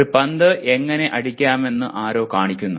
ഒരു പന്ത് എങ്ങനെ അടിക്കാമെന്ന് ആരോ കാണിക്കുന്നു